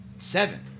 seven